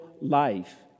life